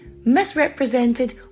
misrepresented